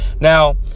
now